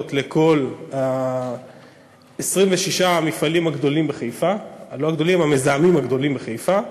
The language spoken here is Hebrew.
לכל 26 המפעלים המזהמים הגדולים בחיפה,